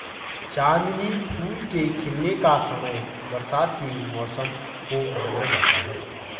चांदनी फूल के खिलने का समय बरसात के मौसम को माना जाता है